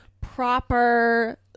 proper